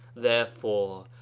therefore,